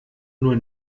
nur